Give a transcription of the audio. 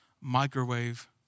microwave